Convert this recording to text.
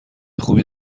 خوبی